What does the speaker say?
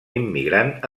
immigrant